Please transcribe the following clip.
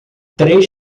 três